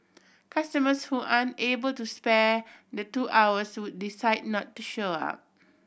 customers who aren't able to spare the two hours would decide not to show up